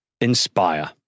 inspire